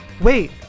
Wait